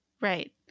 Right